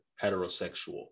heterosexual